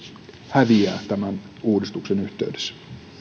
häviää tämän uudistuksen yhteydessä